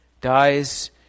dies